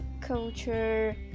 culture